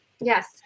Yes